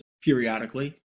periodically